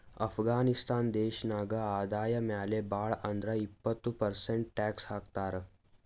ಅಫ್ಘಾನಿಸ್ತಾನ್ ದೇಶ ನಾಗ್ ಆದಾಯ ಮ್ಯಾಲ ಭಾಳ್ ಅಂದುರ್ ಇಪ್ಪತ್ ಪರ್ಸೆಂಟ್ ಟ್ಯಾಕ್ಸ್ ಹಾಕ್ತರ್